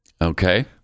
Okay